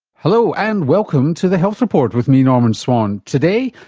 hello, and welcome to the health report with me, norman swan. today,